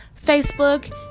Facebook